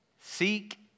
seek